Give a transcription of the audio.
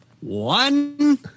one